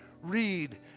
read